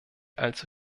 allzu